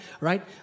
right